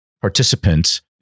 participants